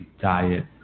diet